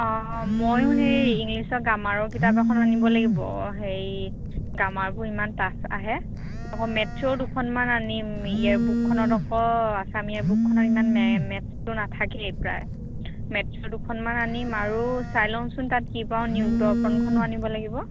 অঁ মইও সেই ইংলিছৰ গ্ৰামাৰৰ কিতাপ এখন আনিব লাগিব হেৰি গ্ৰামাৰবোৰ ইমান টাফ আহে আকৌ মেথছৰো দুখনমান আনিম ইয়েৰ বুকখনত আকৌ আছাম ইয়েৰ বুকখনত ইমান মেথছটো নাথাকেই প্ৰায় মেথছৰ দুখনমান আনিম আৰু চাই লওচোন তাত কি পাওঁ নিয়োগ দৰ্পণখনো আনিব লাগিব